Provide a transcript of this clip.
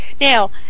Now